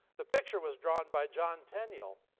the picture was drawn by john tenniel.